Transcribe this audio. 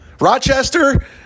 Rochester